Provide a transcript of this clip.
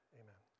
amen